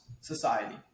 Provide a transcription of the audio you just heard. society